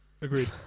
Agreed